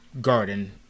garden